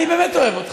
אני באמת אוהב אותך.